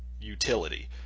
utility